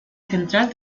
central